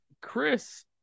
chris